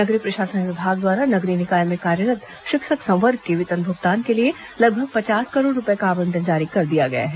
नगरीय प्रशासन विभाग द्वारा नगरीय निकाय में कार्यरत शिक्षक संवर्ग के वेतन भुगतान के लिए लगभग पचास करोड़ रुपए का आबंटन जारी कर दिया गया है